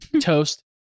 toast